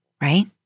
right